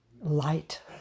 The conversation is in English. Light